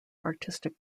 artistic